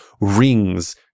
rings